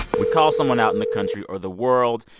we call someone out in the country or the world,